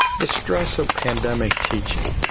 the stress of pandemic teaching.